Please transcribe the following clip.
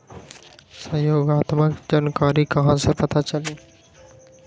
सहयोगात्मक जानकारी कहा से पता चली?